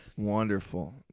Wonderful